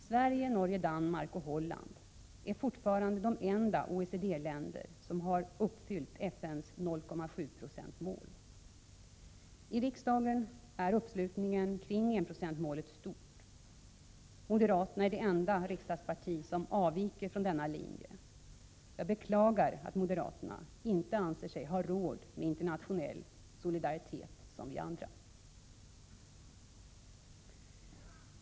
Sverige, Norge, Danmark och Holland är fortfarande de enda OECD-länder som har uppfyllt FN:s 0,7-procentsmål. I riksdagen är uppslutningen kring enprocentsmålet stor. Moderaterna är det enda riksdagsparti som avviker från denna linje. Jag beklagar att moderaterna inte anser sig ha råd med internationell solidaritet som vi andra.